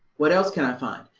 what else can i find?